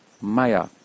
maya